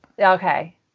okay